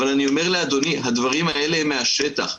הדברים האלה מהשטח.